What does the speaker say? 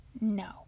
No